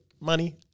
money